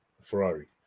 Ferrari